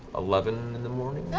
eleven in the morning.